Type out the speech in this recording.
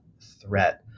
threat